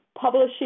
publishing